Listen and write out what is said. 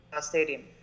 Stadium